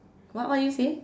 what what did you say